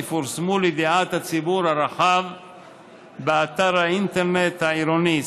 יפורסמו לידיעת הציבור הרחב באתר האינטרנט העירוני,